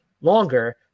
longer